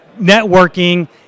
networking